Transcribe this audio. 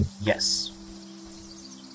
Yes